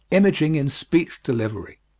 imaging in speech-delivery